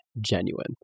genuine